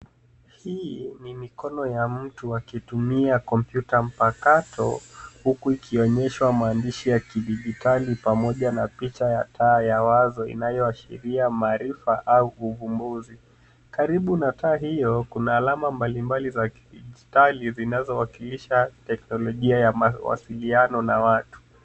Hii ni mikono ya mtu akitumia kompyuta mpakato huku ikionyesha maandishi ya kidijitali pamoja na picha ya taa ya wazo inayoashiria maarifa au uvumbuzi. Karibu na taa hiyo kuna alama mbalimbali za kidijitali zinazowakilisha teknolojia ya mawasiliano na watu.